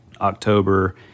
October